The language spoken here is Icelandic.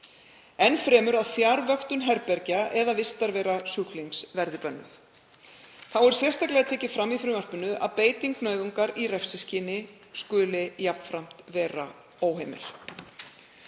Enn fremur að fjarvöktun herbergja eða vistarvera sjúklinga verði bönnuð. Þá er sérstaklega tekið fram í frumvarpinu að beiting nauðungar í refsiskyni skuli jafnframt vera óheimil.